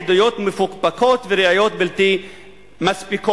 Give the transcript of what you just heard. עדויות מפוקפקות וראיות בלתי מספיקות.